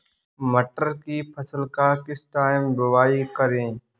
मटर की फसल का किस टाइम बुवाई करें?